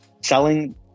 selling